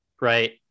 Right